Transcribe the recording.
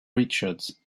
richards